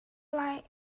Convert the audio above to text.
lai